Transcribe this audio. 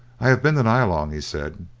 i have been to nyalong, he said,